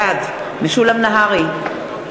בעד משולם נהרי,